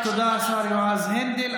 תודה לשר יועז הנדל.